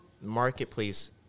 marketplace